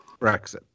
Brexit